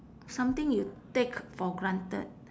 something you take for granted